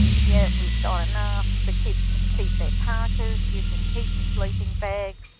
yeah we've got enough, the kids can keep their parkas, you can keep your sleeping bags.